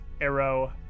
arrow